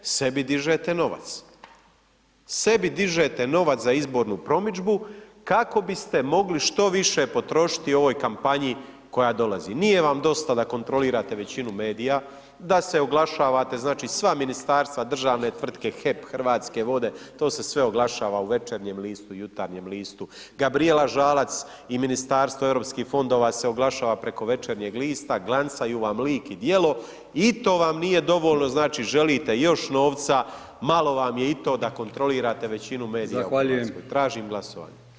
Sebi dižete novac, sebi dižete novac za izbornu promidžbu kako biste mogli što više potrošiti u ovoj kampanji koja dolazi, nije vam dosta da kontrolirate većinu medija, da se oglašavate, znači, sva ministarstva, državne tvrtke, HEP, Hrvatske vode, to se sve oglašava u Večernjem listu, Jutarnjem listu, Gabrijela Žalac i Ministarstvo europskih fondova se oglašava preko Večernjeg lista, glancaju vam lik i djelo i to vam nije dovoljno, znači, želite još novca, malo vam je i to da kontrolirate većinu medija u RH [[Upadica: Zahvaljujem…]] Tražim glasovanje.